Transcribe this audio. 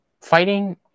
Fighting